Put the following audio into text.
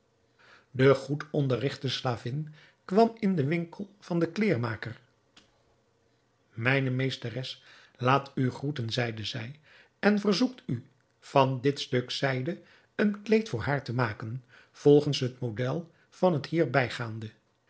de goed onderrigte slavin kwam in den winkel van den kleêrmaker mijne meesteres laat u groeten zeide zij en verzoekt u van dit stuk zijde een kleed voor haar te maken volgens het model van het hier bijgaande